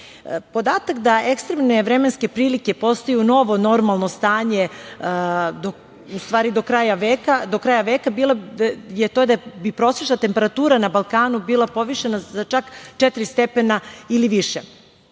da ekstremne vremenske prilike postaju novo normalno stanje do kraja veka bilo bi to da bi prosečna temperatura na Balkanu bila povišena za čak četiri stepena ili više.